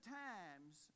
times